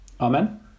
Amen